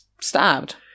stabbed